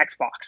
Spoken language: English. Xbox